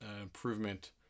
improvement